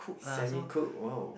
semi cook wow